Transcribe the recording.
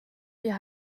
wir